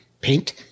paint